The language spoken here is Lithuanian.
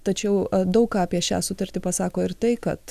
tačiau daug ką apie šią sutartį pasako ir tai kad